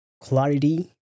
clarity